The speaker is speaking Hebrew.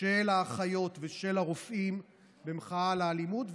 של האחיות ושל הרופאים במחאה על האלימות,